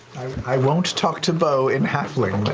i won't talk to beau in halfling,